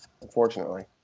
unfortunately